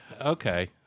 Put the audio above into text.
okay